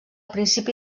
principi